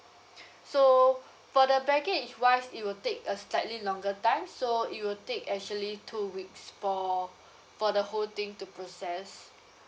so for the baggage wise it will take a slightly longer time so it will take actually two weeks for for the whole thing to process